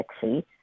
sexy